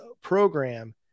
program